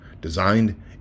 Designed